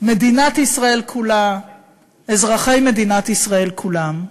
מדינת ישראל כולה, אזרחי מדינת ישראל כולם.